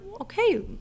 okay